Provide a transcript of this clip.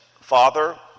Father